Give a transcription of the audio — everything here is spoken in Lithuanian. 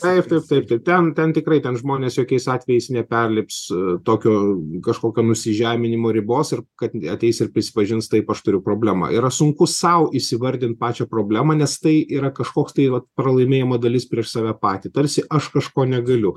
taip taip taip ten ten tikrai ten žmonės jokiais atvejais neperlips tokio kažkokio nusižeminimo ribos ir kad ateis ir prisipažins taip aš turiu problemą yra sunku sau įsivardint pačią problemą nes tai yra kažkoks tai vat pralaimėjimo dalis prieš save patį tarsi aš kažko negaliu